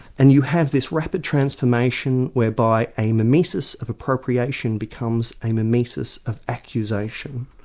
and you have this rapid transformation whereby a mimesis of appropriation becomes a mimesis of accusation.